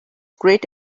great